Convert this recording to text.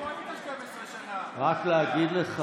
חבר הכנסת אמסלם, תודה.